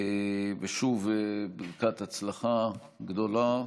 ושוב, ברכת הצלחה גדולה.